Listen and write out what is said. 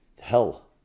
hell